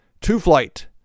Two-Flight